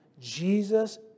Jesus